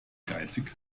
geizig